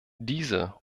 diese